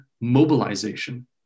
mobilization